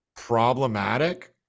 problematic